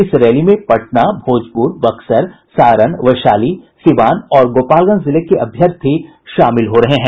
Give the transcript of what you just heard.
इस रैली में पटना भोजपुर बक्सर सारण वैशाली सीवान और गोपालगंज जिले के अभ्यर्थी शामिल हो रहे हैं